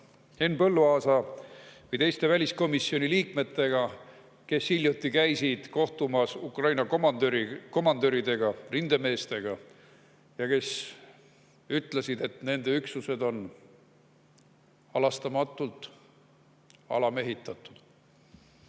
Henn Põlluaasa või teiste väliskomisjoni liikmetega, kes hiljuti käisid kohtumas Ukraina komandöride ja rindemeestega. Ukraina rindemehed ütlesid, et nende üksused on halastamatult alamehitatud.